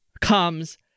comes